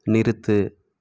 நிறுத்து